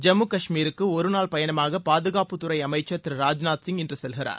ஜம்மு காஷ்மீருக்கு ஒரு நாள் பயணமாக பாதுகாப்புத் துறை அமைச்சர் திரு ராஜ்நாத் சிங் இன்று செல்கிறார்